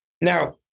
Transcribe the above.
now